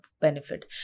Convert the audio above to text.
benefit